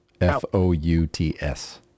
F-O-U-T-S